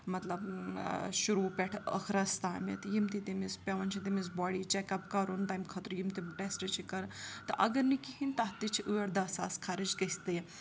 مطلب شروٗع پٮ۪ٹھ ٲخرس تامَتھ یِم تہِ تٔمِس پٮ۪وان چھِ تٔمِس باڈی چیٚکَپ کَرُن تَمہِ خٲطرٕ یِم تِم ٹٮ۪سٹ چھِ کَران تہٕ اَگر نہٕ کِہیٖنۍ تَتھ تہِ چھِ ٲٹھ دَہ ساس خرٕچ گٔژھِتھٕے